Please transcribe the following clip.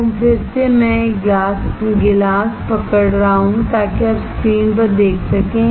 तो फिर से मैं एक गिलास पकड़ रहा हूं ताकि आप स्क्रीन पर देख सकें